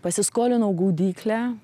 pasiskolinau gaudyklę